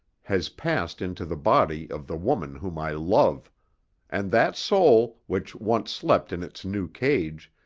has passed into the body of the woman whom i love and that soul, which once slept in its new cage,